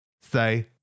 Say